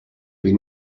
been